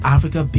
Africa